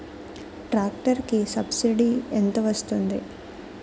Tractor కి subsidy ఎంత వస్తుంది?